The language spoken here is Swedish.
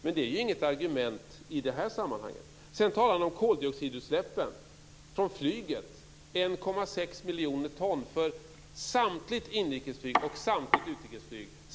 Men det är inget argument i det här sammanhanget. Johan Lönnroth talar om koldioxidutsläppen från flyget. Det är 1,6 miljoner ton för samtligt inrikesflyg och utrikesflyg.